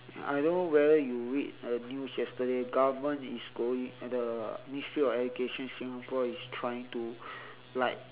I don't know whether you read the news yesterday government is going the ministry of education singapore is trying to like